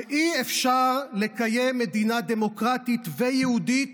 שאי-אפשר לקיים מדינה דמוקרטית ויהודית